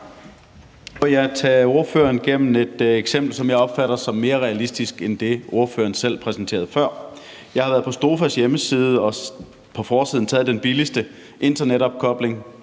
… tage ordføreren gennem et eksempel, som jeg opfatter som mere realistisk end det, ordføreren selv præsenterede før. Jeg har været på Stofas hjemmeside og på forsiden valgt den billigste internetopkobling,